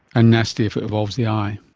and nasty if it involves the eye.